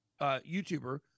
YouTuber